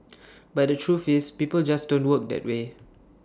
but the truth is people just don't work that way